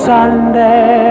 Sunday